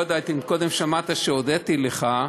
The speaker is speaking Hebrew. אני לא יודע אם קודם שמעת שהודיתי לך,